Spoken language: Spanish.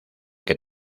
que